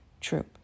true